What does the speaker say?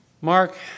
Mark